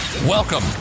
Welcome